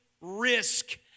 risk